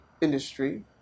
industry